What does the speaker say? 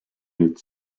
its